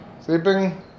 sleeping